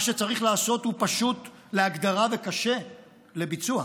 מה שצריך לעשות הוא פשוט להגדרה וקשה לביצוע: